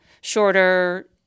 shorter